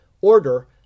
order